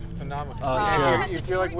phenomenal